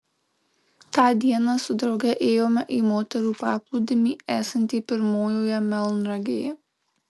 tą dieną su drauge ėjome į moterų paplūdimį esantį pirmojoje melnragėje